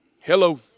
Hello